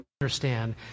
Understand